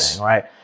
right